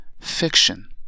fiction